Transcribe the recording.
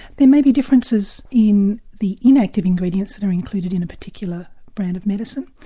there may be differences in the inactive ingredients that are included in a particular brand of medicine,